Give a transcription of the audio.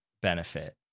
benefit